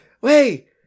Wait